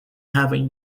having